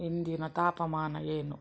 ಇಂದಿನ ತಾಪಮಾನ ಏನು